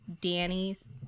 Danny's